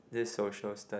this social study